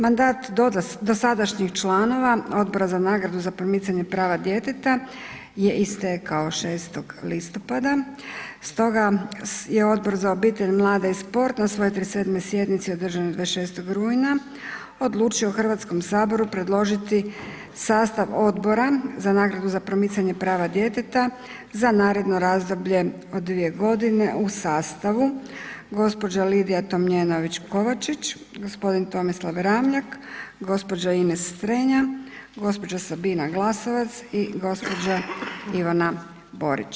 Mandat dosadašnjih članova Odbora za nagradu za promicanje prava djeteta je istekao 6. listopada stoga je Odbor za obitelj, mlade i sport na svojoj 37. sjednici održanoj 26 rujna odlučio Hrvatskom saboru predložiti sastav Odbora za nagradu za promicanje prava djeteta za naredno razdoblje od 2 godine u sastavu gđa. Lidija Tomljenović Kovačić, g. Tomislav Ramljak, gđa. Ines Strenja, g. Sabina Glasovac i gđa. Ivana Borić.